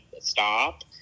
stop